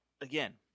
again